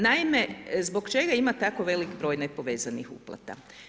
Naime, zbog čega ima tako velik broj nepovezanih uplata?